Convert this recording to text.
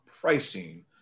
pricing